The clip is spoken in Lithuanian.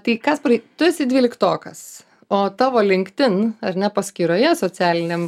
tai kasparai tu esi dvyliktokas o tavo linkedin ar ne paskyroje socialiniam